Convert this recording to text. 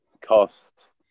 cost